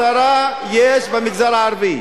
כמה מיליונים, כבוד השרה, יש במגזר הערבי?